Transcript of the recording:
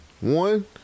One